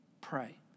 Pray